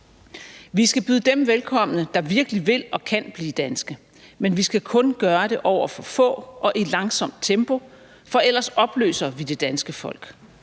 Vi skal byde dem velkommen, der virkelig vil og kan blive danske, men vi skal kun gøre det over for få og i langsomt tempo, for ellers opløser vi det danske folk,